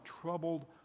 troubled